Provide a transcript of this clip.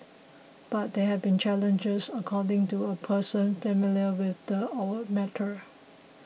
but there have been challenges according to a person familiar with the matter